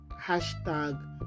hashtag